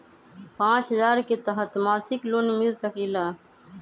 पाँच हजार के तहत मासिक लोन मिल सकील?